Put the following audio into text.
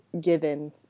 given